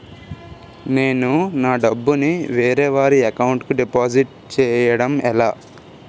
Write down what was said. నేను నా డబ్బు ని వేరే వారి అకౌంట్ కు డిపాజిట్చే యడం ఎలా?